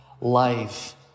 life